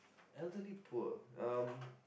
elderly poor um